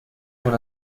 con